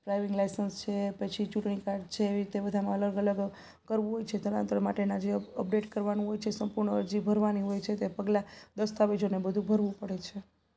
driving licence છે પછી ચુંટણી કાર્ડ છે એવી રીતે બધામાં અલગ અલગ કરવું હોય છે સ્થળાંતર માટેના જે અપડેટ કરવાનું હોય છે સંપૂર્ણ અરજી ભરવાની હોય છે તે પગલાં દસ્તાવેજો ને બધું ભરવું પડે છે